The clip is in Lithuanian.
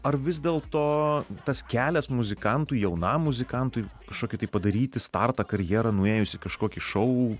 ar vis dėlto tas kelias muzikantui jaunam muzikantui kažkokį tai padaryti startą karjerą nuėjus į kažkokį šou